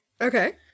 Okay